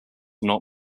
not